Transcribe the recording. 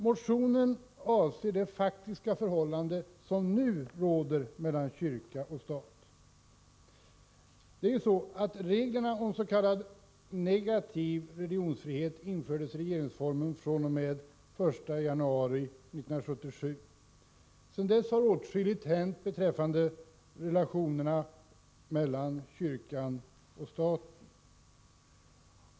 Motionen avser det faktiska förhållande som nu råder mellan kyrka och stat. Reglerna om s.k. negativ religionsfrihet infördes i regeringsformen fr.o.m. den 1 januari 1977. Sedan dess har åtskilligt hänt beträffande relationerna mellan kyrkan och staten.